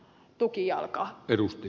herra puhemies